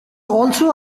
also